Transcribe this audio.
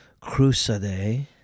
Crusade